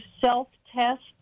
self-test